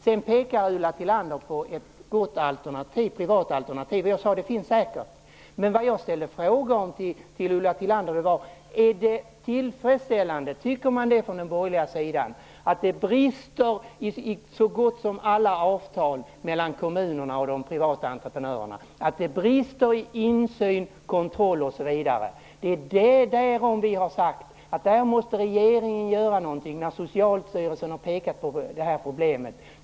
Sedan pekar Ulla Tillander på ett gott privat alternativ. Jag sade att sådana säkert finns. Men det jag frågade Ulla Tillander om var: Tycker de borgerliga att det är tillfredsställande att det brister i så gott som alla avtal mellan kommunerna och de privata entreprenörerna? Det brister i insyn, kontroll, osv. Vi har här sagt att regeringen måste göra någonting när Socialstyrelsen har pekat på detta problem.